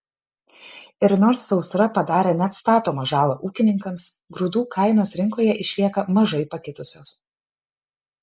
ir nors sausra padarė neatstatomą žalą ūkininkams grūdų kainos rinkoje išlieka mažai pakitusios